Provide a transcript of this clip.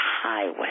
highway